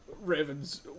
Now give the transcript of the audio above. Ravens